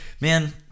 Man